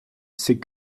c’est